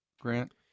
Grant